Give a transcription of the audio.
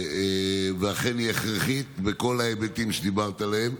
ואכן, היא הכרחית בכל ההיבטים שדיברת עליהם,